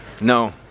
No